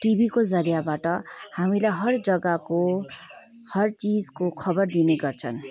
टिभीको जरियाबाट हामीलाई हर जग्गाको हर चिजको खबर दिने गर्छन्